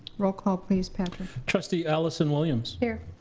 roll call please, patrick. trustee allison williams? here.